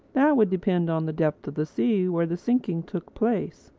that would depend on the depth of the sea where the sinking took place.